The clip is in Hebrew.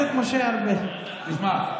תשמע,